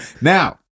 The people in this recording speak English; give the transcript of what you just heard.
Now